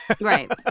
Right